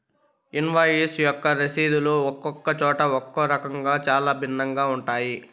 invoice యొక్క రసీదులు ఒక్కొక్క చోట ఒక్కో రకంగా చాలా భిన్నంగా ఉంటాయి